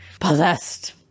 Possessed